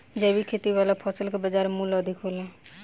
जैविक खेती वाला फसल के बाजार मूल्य अधिक होला